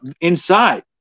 inside